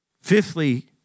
Fifthly